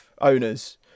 owners